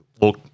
look